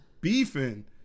beefing